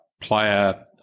player